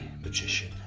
magician